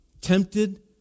tempted